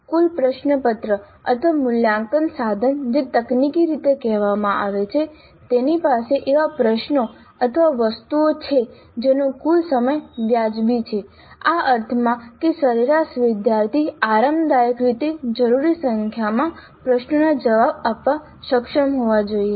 કુલ પ્રશ્નપત્ર અથવા મૂલ્યાંકન સાધન જે તકનીકી રીતે કહેવામાં આવે છે તેની પાસે એવા પ્રશ્નો અથવા વસ્તુઓ છે જેનો કુલ સમય વાજબી છે આ અર્થમાં કે સરેરાશ વિદ્યાર્થી આરામદાયક રીતે જરૂરી સંખ્યામાં પ્રશ્નોના જવાબ આપવા સક્ષમ હોવા જોઈએ